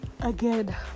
Again